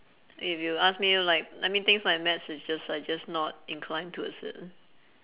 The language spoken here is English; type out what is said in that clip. if you ask me like I mean things like maths is just are just not inclined towards it